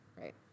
right